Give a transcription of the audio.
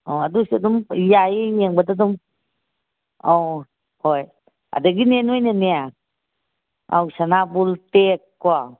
ꯑꯧ ꯑꯗꯨꯁꯨ ꯑꯗꯨꯝ ꯌꯥꯏꯌꯦ ꯌꯦꯡꯕꯗ ꯑꯗꯨꯝ ꯑꯧ ꯍꯣꯏ ꯑꯗꯒꯤꯅꯦ ꯅꯣꯏꯅꯅꯦ ꯑꯧ ꯁꯅꯥꯕꯨꯜ ꯇꯦꯛ ꯀꯣ